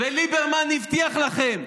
וליברמן הבטיח לכם,